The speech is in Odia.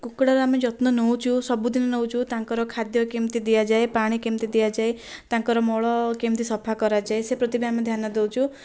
କୁକୁଡ଼ାର ଆମେ ଯତ୍ନ ନେଉଛୁ ସବୁଦିନେ ନେଉଛୁ ତାଙ୍କର ଖାଦ୍ୟ କେମିତି ଦିଆଯାଏ ପାଣି କେମିତି ଦିଆଯାଏ ତାଙ୍କର ମଳ କେମିତି ସଫା କରାଯାଏ ସେ ପ୍ରତି ବି ଆମେ ଧ୍ୟାନ ଦେଉଛୁ